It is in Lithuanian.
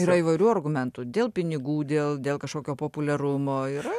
yra įvairių argumentų dėl pinigų dėl dėl kažkokio populiarumo yra